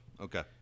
Okay